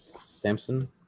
Samson